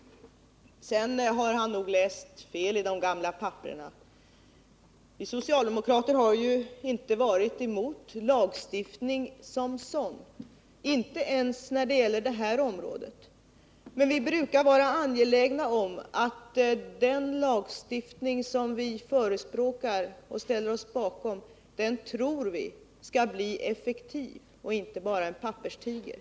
Sedan har Elver Jonsson nog läst fel i de gamla papperna. Vi socialdemokrater har inte varit emot lagstiftning som sådan, inte ens på det här området. Men vi är angelägna om att förespråka eller ställa oss bakom sådan lagstiftning som vi tror skall bli effektiv och inte bara en papperstiger.